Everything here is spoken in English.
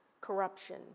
corruption